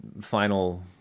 final